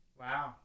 Wow